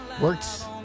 Works